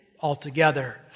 altogether